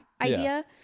idea